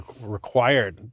required